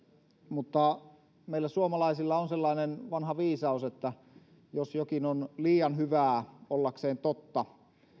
mutta meillä suomalaisilla on sellainen vanha viisaus että jos jokin on liian hyvää ollakseen totta